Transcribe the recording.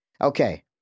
Okay